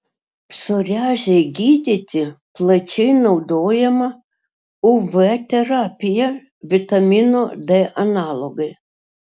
psoriazei gydyti plačiai naudojama uv terapija vitamino d analogai